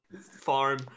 farm